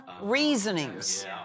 reasonings